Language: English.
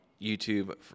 YouTube